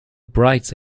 bright